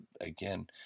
again